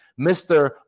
mr